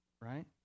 right